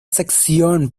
sección